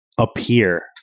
appear